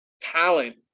talent